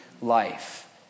life